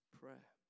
prayer